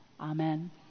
Amen